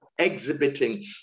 exhibiting